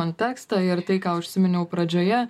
kontekstą ir tai ką užsiminiau pradžioje